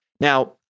Now